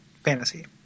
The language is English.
Fantasy